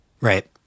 Right